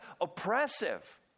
oppressive